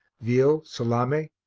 veal, salame,